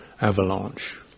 avalanche